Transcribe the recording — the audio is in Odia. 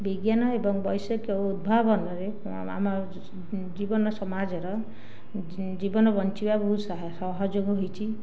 ବିଜ୍ଞାନ ଏବଂ ବୈଷୟିକ ଉଦ୍ଭାବନରେ ଆମ ଜୀବନ ସମାଜର ଜୀବନ ବଞ୍ଚିବା ବହୁତ ସହଯୋଗ ହୋଇଛି